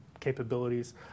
capabilities